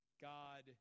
God